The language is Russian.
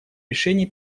решений